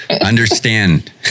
Understand